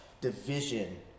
division